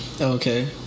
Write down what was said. Okay